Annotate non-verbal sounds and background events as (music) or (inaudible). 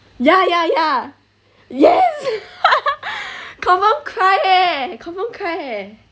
ya ya ya yes (laughs) confirm cry eh confirm cry eh